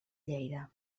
lleida